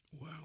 wow